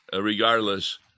regardless